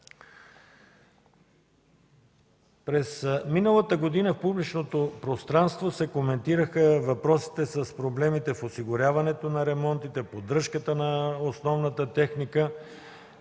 През миналата година в публичното пространство се коментираха въпросите с проблемите в осигуряването на ремонтите, поддръжката на основната техника,